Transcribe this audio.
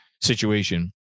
situation